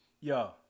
Yo